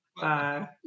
Bye